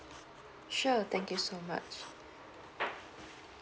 sure thank you so much